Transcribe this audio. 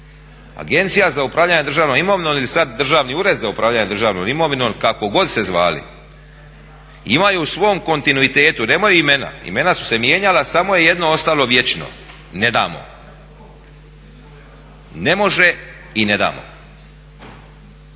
Agencija za upravljanje državnom imovinom ili sada Državni ured za upravljanje državnom imovinom kako god se zvali, imaju u svom kontinuiteta nemaju imena, imena su se mijenjala samo je jedno ostalo vječno, ne damo, ne može i ne damo.